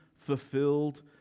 fulfilled